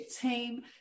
team